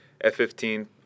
F-15